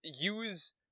use